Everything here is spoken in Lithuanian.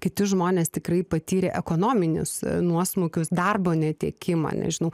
kiti žmonės tikrai patyrė ekonominius nuosmukius darbo netekimą nežinau